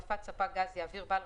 שיעביר.